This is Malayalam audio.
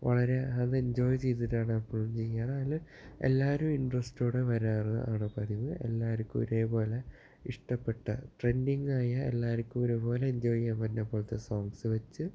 വളരെ അത് എൻജോയ് ചെയ്തിട്ടാണ് എപ്പോഴും ചെയ്യുക അതിൽ എല്ലാവരും ഇൻറ്റെറെസ്റ്റോടെ വരാറാണ് പതിവ് എല്ലാർക്കും ഒരേപോലെ ഇഷ്ടപ്പെട്ട ട്രെൻഡിങ്ങായ എല്ലാർക്കും ഒരേപോലെ എൻജോയ് ചെയ്യാൻ പറ്റുന്ന പോലത്തെ സോങ്സ് വെച്ച്